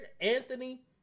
Anthony